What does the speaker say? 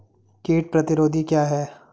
कीट प्रतिरोधी क्या है?